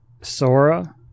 Sora